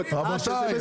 בסדר.